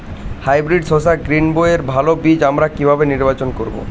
Hybrid শসা গ্রীনবইয়ের ভালো বীজ আমরা কিভাবে নির্বাচন করব?